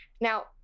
Now